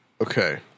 Okay